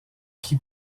qui